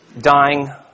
dying